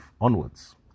onwards